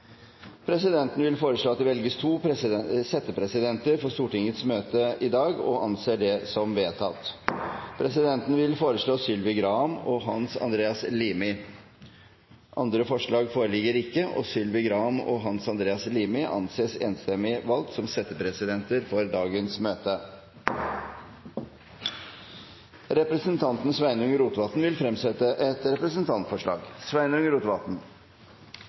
Presidenten vil foreslå at det velges to settepresidenter for Stortingets møte i dag – og anser det som vedtatt. Presidenten vil foreslå Sylvi Graham og Hans Andreas Limi. – Andre forslag foreligger ikke, og Sylvi Graham og Hans Andreas Limi anses enstemmig valgt som settepresidenter for dagens møte. Representanten Sveinung Rotevatn vil fremsette et representantforslag.